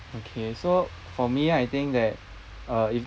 okay so for me I think that uh if